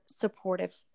supportive